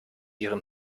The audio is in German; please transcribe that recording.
ihren